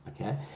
okay